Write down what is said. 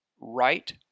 right